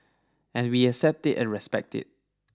and we accept it and respect it